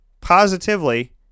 positively